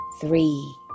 three